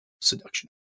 seduction